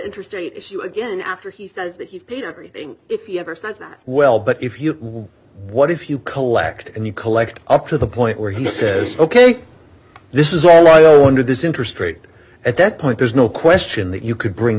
intrastate issue again after he says that he's paid everything if he ever stands that well but if you what if you collect and you collect up to the point where he says ok this is all i want to this interest rate at that point there's no question that you could bring